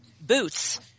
boots